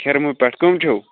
کھِرمہٕ پٮ۪ٹھ کٕم چھِو